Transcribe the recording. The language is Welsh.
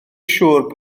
siŵr